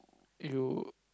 you